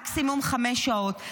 מקסימום חמש שעות.